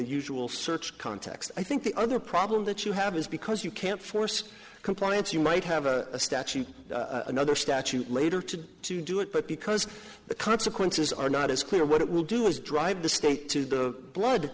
usual search context i think the other problem that you have is because you can't force compliance you might have a statute another statute later today to do it but because the consequences are not as clear what it will do is drive the state to the blood